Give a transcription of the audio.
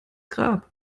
grab